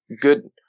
good